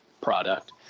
product